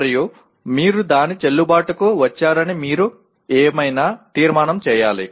మరియు మీరు దాని చెల్లుబాటుకు వచ్చారని మీరు ఏమైనా తీర్మానం చేయాలి